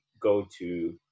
go-to